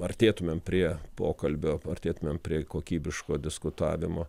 artėtumėm prie pokalbio artėtumėm prie kokybiško diskutavimo